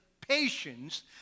patience